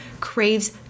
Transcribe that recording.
craves